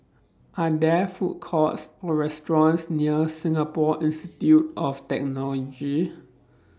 Are There Food Courts Or restaurants near Singapore Institute of Technology